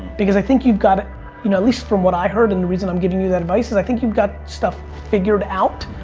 because i think you've got, at you know least from what i heard and the reason i'm giving you that advice is i think you've got stuff figured out.